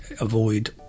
avoid